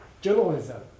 journalism